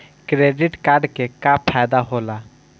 Credit card के का फायदा होला?